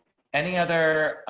any other